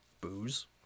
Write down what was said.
booze